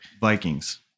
Vikings